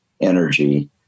energy